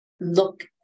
look